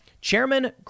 Chairman